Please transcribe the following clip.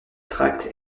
tracts